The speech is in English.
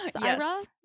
Yes